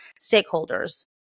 stakeholders